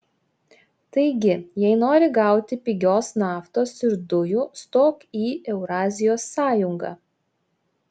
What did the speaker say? taigi jei nori gauti pigios naftos ir dujų stok į eurazijos sąjungą